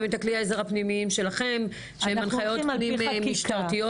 את כלי העזר הפנימיים שלכם שהן הנחיות פנים משטריות,